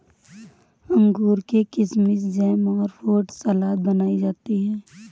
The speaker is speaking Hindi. अंगूर से किशमिस जैम और फ्रूट सलाद बनाई जाती है